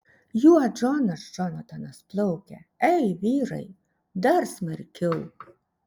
juo džonas džonatanas plaukia ei vyrai dar smarkiau